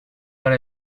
are